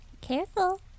Careful